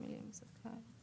המילים 'את קרובו'